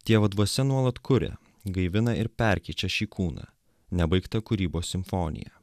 dievo dvasia nuolat kuria gaivina ir perkeičia šį kūną nebaigtą kūrybos simfoniją